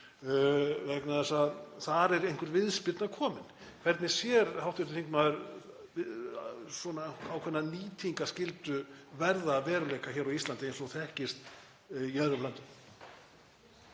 vegna þess að þar er einhver viðspyrna komin. Hvernig sér hv. þingmaður ákveðna nýtingarskyldu verða að veruleika hér á Íslandi eins og þekkist í öðrum löndum?